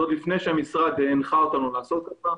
זה עוד לפני שהמשרד הנחה אותנו לעשות את זה.